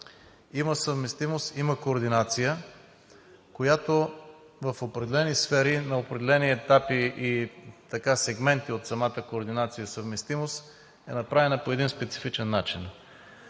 има съвместимост, има координация, която в определени сфери, на определени етапи и сегменти от самата координация съвместимост е направена по един специфичен начин.